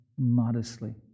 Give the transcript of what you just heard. modestly